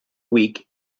week